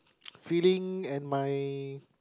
feeling and my